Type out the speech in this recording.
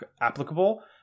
applicable